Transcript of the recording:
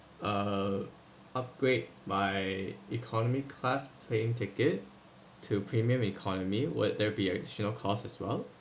uh upgrade my economy class playing ticket to premium economy would there be additional cost as well